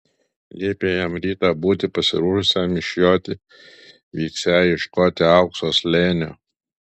liepė jam rytą būti pasiruošusiam išjoti vyksią ieškoti aukso slėnio